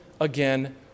again